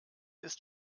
ist